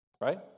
right